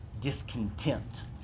discontent